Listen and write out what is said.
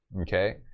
okay